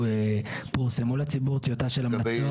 ופורסמה לציבור טיוטה של המלצות.